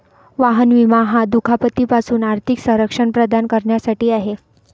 वाहन विमा हा दुखापती पासून आर्थिक संरक्षण प्रदान करण्यासाठी आहे